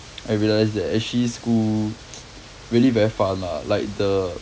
I realise that actually school to really very fun lah like the